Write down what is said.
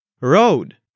Road